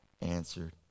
answered